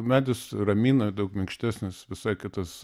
medis ramina daug minkštesnis visai kitas